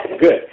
good